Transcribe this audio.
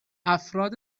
افراد